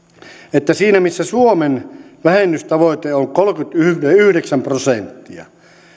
että siinä missä suomen vähennystavoite on kolmekymmentäyhdeksän prosenttia